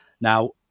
Now